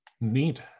Neat